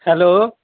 hello